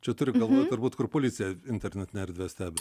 čia turi galvoj turbūt kur policija internetinę erdvę stebi